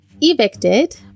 Evicted